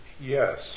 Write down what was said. Yes